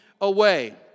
away